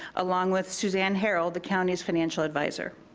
along with susanne herald, the county's financial advisor.